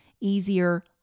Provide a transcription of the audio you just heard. easier